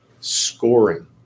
scoring